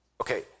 okay